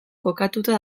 kokatua